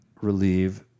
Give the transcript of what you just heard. relieve